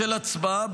בשל הצבעה,